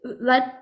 let